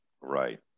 Right